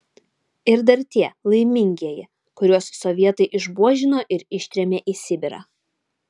ir dar tie laimingieji kuriuos sovietai išbuožino ir ištrėmė į sibirą